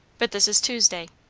but this is tuesday.